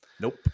Nope